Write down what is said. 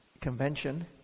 convention